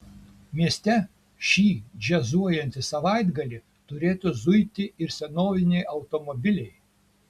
mieste šį džiazuojantį savaitgalį turėtų zuiti ir senoviniai automobiliai